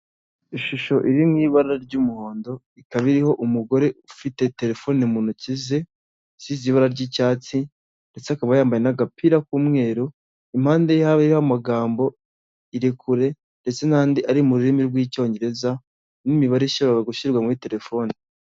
Ishusho iri mu ibara ry'umuhondo ikaba iriho umugore ufite telefone mu ntoki ze isize ibara ry'icyatsi ndetse akaba yambaye n'agapira k'umweru, impande ye hariho amagambo irekure ndetse n'andi ari mu rurimi rw'icyongereza n'imibare ishobora gushyirwa muri telefoni.